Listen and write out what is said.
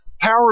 power